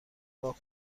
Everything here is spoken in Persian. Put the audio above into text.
پاک